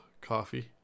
Coffee